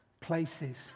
places